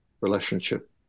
relationship